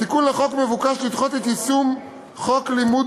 בתיקון מבוקש לדחות את יישום חוק לימוד